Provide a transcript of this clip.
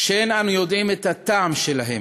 שאין אנו יודעים את הטעם שלהן,